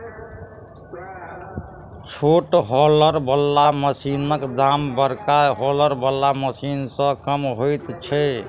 छोट हौलर बला मशीनक दाम बड़का हौलर बला मशीन सॅ कम होइत छै